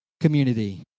community